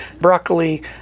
Broccoli